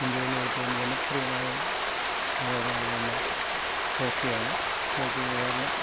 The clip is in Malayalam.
ഇന്ത്യയിലെ ഏറ്റവും ജനപ്രിയമായ വിനോദങ്ങളിൽ ഒന്ന് ഹോക്കി ആണ് ഹോക്കി കേരളം